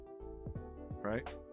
Right